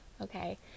okay